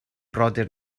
brodyr